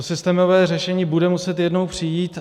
Systémové řešení bude muset jednou přijít.